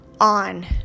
on